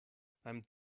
beim